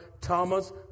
Thomas